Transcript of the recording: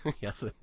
yes